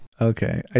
okay